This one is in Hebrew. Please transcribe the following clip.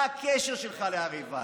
מה הקשר שלך להר עיבל?